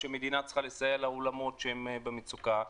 שהמדינה צריכה לסייע לאולמות שהם במצוקה.